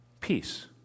Peace